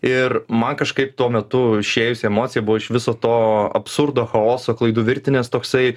ir man kažkaip tuo metu išėjusi emocija buvo iš viso to absurdo chaoso klaidų virtinės toksai